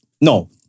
no